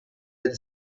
del